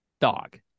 dog